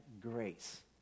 grace